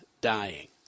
dying